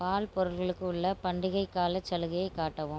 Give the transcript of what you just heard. பால் பொருட்களுக்கு உள்ள பண்டிகைக் காலச் சலுகையை காட்டவும்